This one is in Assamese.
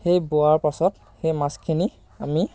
সেই বোৱাৰ পিছত সেই মাছখিনি আমি